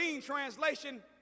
translation